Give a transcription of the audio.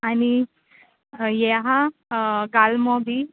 आनी यें हां गाल्मो बी